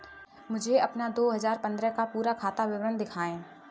मुझे अपना दो हजार पन्द्रह का पूरा खाता विवरण दिखाएँ?